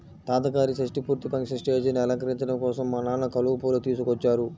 తాతగారి షష్టి పూర్తి ఫంక్షన్ స్టేజీని అలంకరించడం కోసం మా నాన్న కలువ పూలు తీసుకొచ్చారు